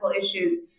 issues